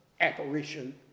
apparition